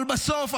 אבל בסוף,